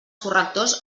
correctors